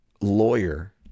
lawyer